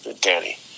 Danny